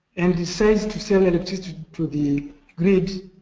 and decides to sell electricity to the grid.